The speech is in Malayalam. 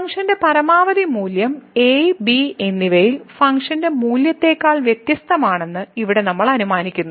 ഫംഗ്ഷന്റെ പരമാവധി മൂല്യം a b എന്നിവയിലെ ഫംഗ്ഷൻ മൂല്യത്തേക്കാൾ വ്യത്യസ്തമാണെന്ന് ഇവിടെ നമ്മൾ അനുമാനിക്കുന്നു